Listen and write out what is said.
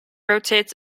rotates